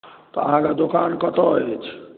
तऽ अहाँके दोकान कतय अछि